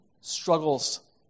struggles